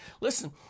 listen